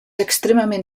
extremament